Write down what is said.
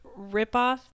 ripoff